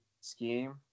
scheme